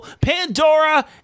Pandora